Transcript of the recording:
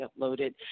uploaded